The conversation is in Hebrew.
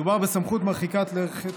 מדובר בסמכות מרחיקת לכת,